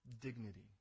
dignity